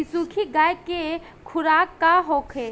बिसुखी गाय के खुराक का होखे?